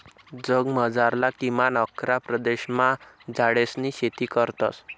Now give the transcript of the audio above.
जगमझारला किमान अकरा प्रदेशमा झाडेसनी शेती करतस